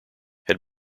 had